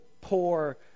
poor